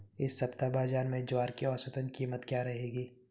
इस सप्ताह बाज़ार में ज्वार की औसतन कीमत क्या रहेगी?